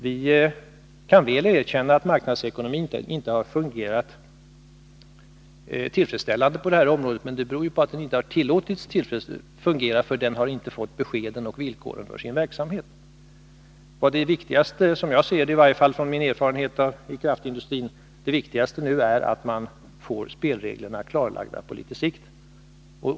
Vi kan erkänna att marknadsekonomin inte har fungerat tillfredsställande på det här området, men det beror på att deninte har tillåtits fungera — den har inte fått erforderliga besked och villkor för sin verksamhet. Såvitt jag kan se med min erfarenhet från kraftindustrin är det viktigaste nu att man får spelreglerna klarlagda på litet sikt.